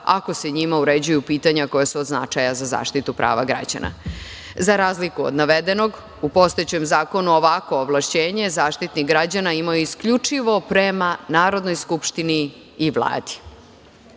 ako se njima uređuju pitanja koja su od značaja za zaštitu prava građana. Za razliku od navedenog u postojećem zakonu ovako ovlašćenje Zaštitnik građana imao je isključivo prema Narodnoj skupštini i Vladi. Što